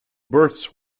births